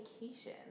vacation